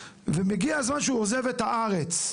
ומגיע הזמן שהוא עוזב את הארץ,